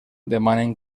demanen